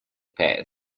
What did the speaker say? past